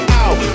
out